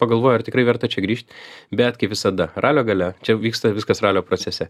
pagalvoji ar tikrai verta čia grįžt bet kai visada ralio gale čia vyksta viskas ralio procese